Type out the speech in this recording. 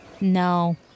No